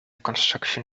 construction